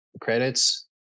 credits